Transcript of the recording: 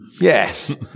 Yes